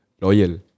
loyal